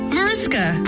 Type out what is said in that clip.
Mariska